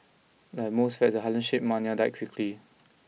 like most fads the Harlem Shake mania died quickly